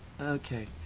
Okay